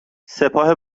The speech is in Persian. سپاه